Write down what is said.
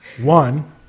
One